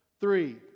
Three